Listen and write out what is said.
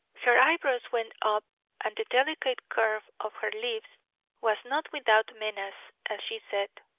her eyebrows went up and the delicate curve of her lips was not without menace as she said